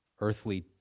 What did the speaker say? earthly